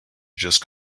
just